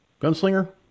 Gunslinger